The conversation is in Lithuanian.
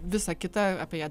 visa kita apie ją